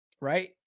right